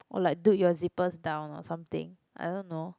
oh like dude your zippers down or something I don't know